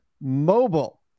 Mobile